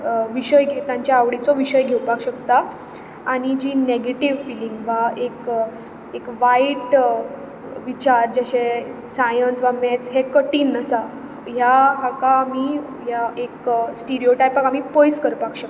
विशय घे तांच्या आवडीचो विशय घेवपाक शकता आनी जी नेगेट्यूव फिलींग वा एक एक वायट विचार जशें सायन्य वा मॅच्च हें कठीण आसा ह्या हाका आमी ह्या स्टीरयोटायपाक आमी पयस करपाक शकतात